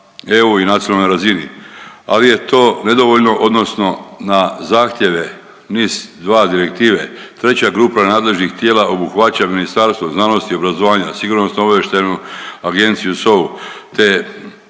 EU i nacionalnoj razini, ali je to nedovoljno, odnosno na zahtjeve NIS2 direktive treća grupa nadležnih tijela obuhvaća Ministarstvo znanosti i obrazovanja, Sigurnosno-obavještajnu agenciju SOA-u, te